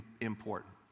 important